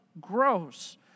gross